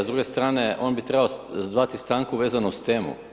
s druge strane, on bi trebao zvati stanku vezano uz temu.